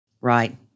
Right